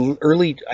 early